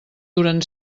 duren